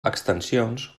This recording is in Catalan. extensions